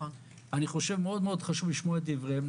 חשוב לשמוע את דבריהם,